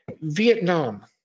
Vietnam